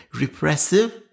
repressive